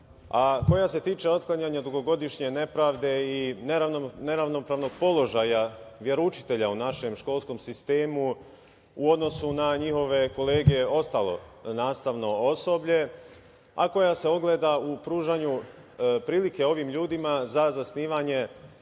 a koja se tiče otklanjanja dugogodišnje nepravde i neravnopravnog položaja veroučitelja u našem školskom sistemu u odnosu na njihove kolege i ostalo nastavno osoblje, a koja se ogleda u pružanju prilike ovim ljudima za zasnivanje